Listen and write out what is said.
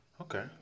Okay